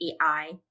AI